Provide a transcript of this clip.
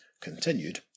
Continued